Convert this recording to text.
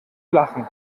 lachen